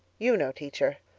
you know, teacher.